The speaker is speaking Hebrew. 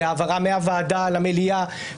בהעברה מהוועדה למליאה,